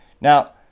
Now